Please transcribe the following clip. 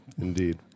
Indeed